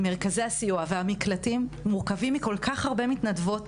מרכזי הסיוע והמקלטים מורכבים מהרבה מתנדבות